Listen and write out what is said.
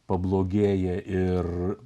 pablogėja ir